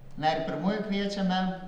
na ir pirmuoju kviečiame